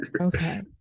Okay